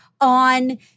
on